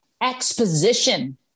exposition